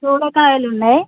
సొరకాయలున్నాయి